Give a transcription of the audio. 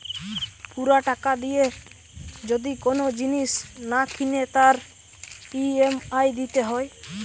পুরা টাকা দিয়ে যদি কোন জিনিস না কিনে তার ই.এম.আই দিতে হয়